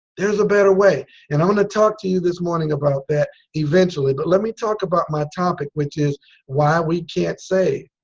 there's a better way and i'm going to talk to you this morning about that eventually. but let me talk about my topic which is why we can't save?